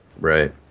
Right